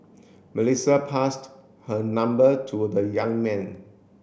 Melissa passed her number to the young man